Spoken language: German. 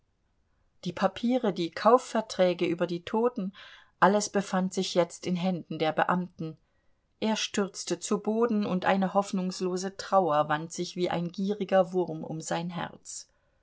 die papiere die kaufverträge über die toten alles befand sich jetzt in händen der beamten er stürzte zu boden und eine hoffnungslose trauer wand sich wie ein gieriger wurm um sein herz